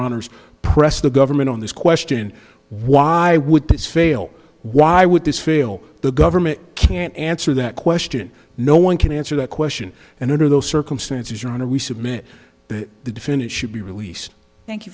honour's pressed the government on this question why would this fail why would this fail the government can't answer that question no one can answer that question and under those circumstances your honor we submit that the defendant should be released thank you